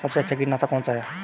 सबसे अच्छा कीटनाशक कौन सा है?